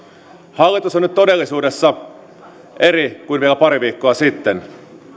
hallitus on nyt todellisuudessa eri kuin vielä pari viikkoa sitten